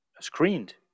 screened